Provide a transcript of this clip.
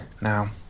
now